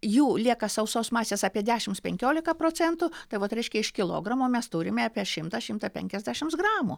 jų lieka sausos masės apie dešimts penkiolika procentų tai vot reiškia iš kilogramo mes turime apie šimtą šimtą penkiasdešims gramų